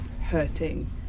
hurting